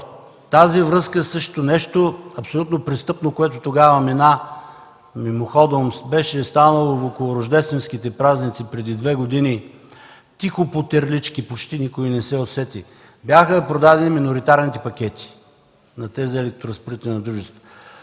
тази връзка същото нещо – абсолютно престъпно, което тогава мина мимоходом, беше станало около Рождественските празници преди две години тихо по терлички, почти никой не се усети – бяха продадени миноритарните пакети на тези електроразпределителни дружества.